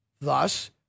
thus